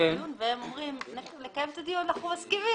הם אומרים שהם מסכימים לקיים את הדיון אבל לא להצעת החוק.